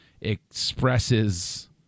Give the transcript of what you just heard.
expresses